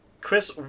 Chris